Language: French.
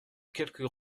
quelques